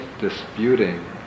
disputing